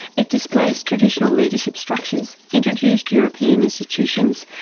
it displaced traditional leadership structures, introduced european institutions,